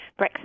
Brexit